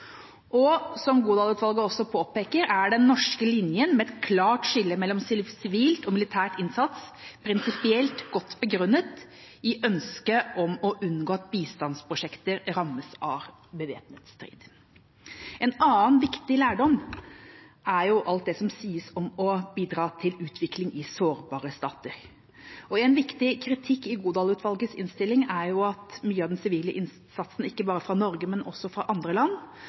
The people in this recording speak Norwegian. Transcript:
Og, som Godal-utvalget også påpeker, den norske linjen med et klart skille mellom sivil og militær innsats er prinsipielt godt begrunnet i ønsket om å unngå at bistandsprosjekter rammes av bevæpnet strid. En annen viktig lærdom er alt det som sies om å bidra til utvikling i sårbare stater. En viktig kritikk i Godal-utvalgets rapport er at mye av den sivile innsatsen, ikke bare fra Norge, men også fra andre land,